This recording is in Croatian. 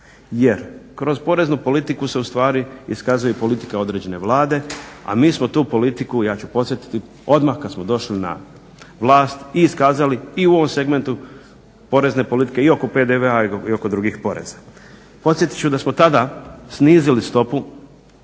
Jer kroz poreznu politiku se ustvari iskazuje politika određene Vlade a mi smo tu politiku, ja ću podsjetiti odmah kad smo došli na vlast i iskazali i u ovom segmentu porezne politike, i oko PDV i oko drugih poreza. Podsjetit ću da samo tada snizili stopu